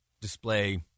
display